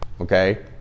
Okay